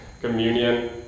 communion